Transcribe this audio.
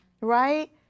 Right